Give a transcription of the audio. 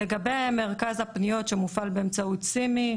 לגבי מרכז הפניות שמופעל באמצעות CIMI,